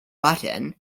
button